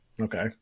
Okay